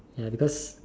ya because